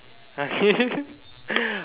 okay